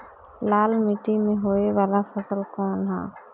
लाल मीट्टी में होए वाला फसल कउन ह?